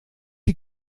die